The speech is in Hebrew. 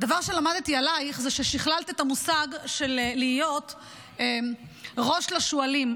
הדבר שלמדתי עלייך זה ששכללת את המושג של להיות ראש לשועלים,